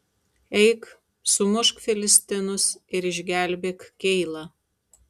eik sumušk filistinus ir išgelbėk keilą